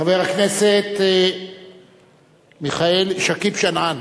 חבר הכנסת שכיב שנאן,